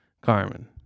carmen